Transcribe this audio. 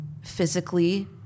physically